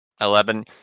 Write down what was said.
Eleven